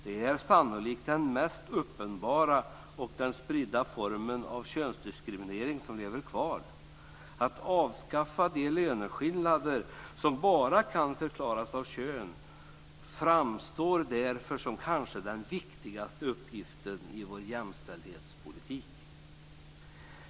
Det är sannolikt den mest uppenbara och spridda form av könsdiskriminering som lever kvar. Att avskaffa de löneskillnader som bara kan förklaras av kön framstår därför som den kanske viktigaste uppgiften i vår jämställdhetspolitik.